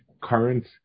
current